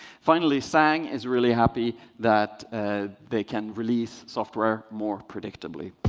finally, sang is really happy that ah they can release software more predictably.